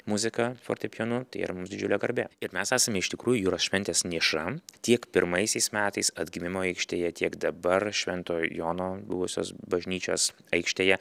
muziką fortepijonu tai yra mums didžiulė garbė ir mes esame iš tikrųjų jūros šventės niša tiek pirmaisiais metais atgimimo aikštėje tiek dabar šventojo jono buvusios bažnyčios aikštėje